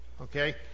Okay